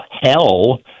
hell